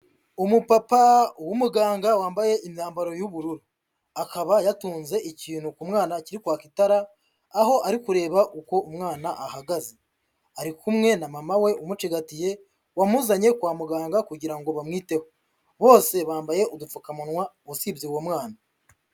Umupapa w'umuganga wambaye imyambaro y'ubururu, akaba yatunze ikintu ku mwana kiri kwaka itara aho ari kureba uko umwana ahagaze, ari kumwe na mama we umucigatiye wamuzanye kwa muganga kugira ngo bamwiteho, bose bambaye udupfukamunwa wasibye uwo mwana.